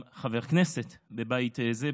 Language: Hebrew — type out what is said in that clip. גם חבר כנסת בבית זה,